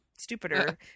stupider